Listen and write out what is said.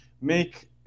make